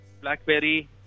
blackberry